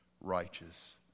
righteous